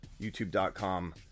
YouTube.com